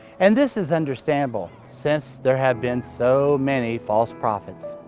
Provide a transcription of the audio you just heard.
and this is understandable since there have been so many false prophets.